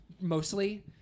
mostly